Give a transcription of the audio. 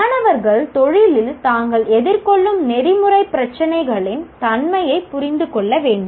மாணவர்கள் தொழிலில் தாங்கள் எதிர்கொள்ளும் நெறிமுறைப் பிரச்சினைகளின் தன்மையைப் புரிந்து கொள்ள வேண்டும்